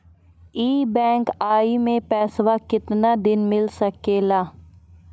EMI मैं पैसवा केतना दिन खातिर मिल सके ला?